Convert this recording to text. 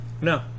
No